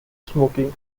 smoking